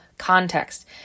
context